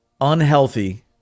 unhealthy